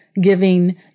giving